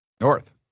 North